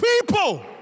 people